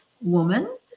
woman